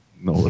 no